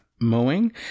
mowing